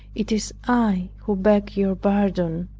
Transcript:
it is i who beg your pardon,